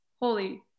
holy